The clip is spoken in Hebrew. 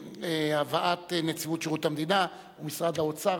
להבאת נציבות שירות המדינה ומשרד האוצר